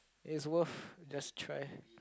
it's worth just try